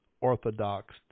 Orthodox